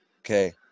Okay